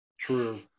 True